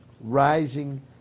rising